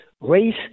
race